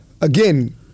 again